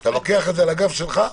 אתה לוקח את זה על הגב שלך?